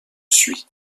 suit